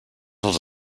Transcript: els